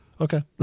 Okay